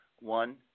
one